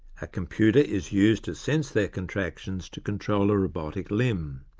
a computer is used to sense their contractions to control a robotic limb.